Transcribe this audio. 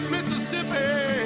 Mississippi